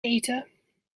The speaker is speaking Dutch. eten